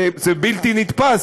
זה בלתי נתפס,